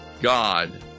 God